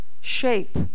shape